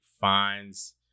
finds